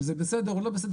אם זה בסדר או לא בסדר,